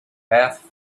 path